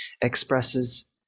expresses